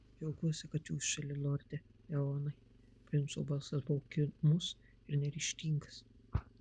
džiaugiuosi kad jūs šalia lorde eonai princo balsas buvo kimus ir neryžtingas